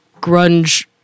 grunge